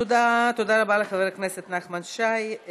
תודה רבה לחבר הכנסת נחמן שי.